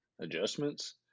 adjustments